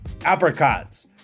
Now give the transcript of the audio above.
apricots